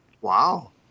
Wow